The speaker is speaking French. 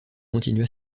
continua